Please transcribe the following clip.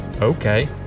Okay